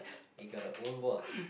he got a own ball